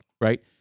Right